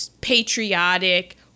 patriotic